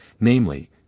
namely